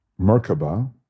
Merkaba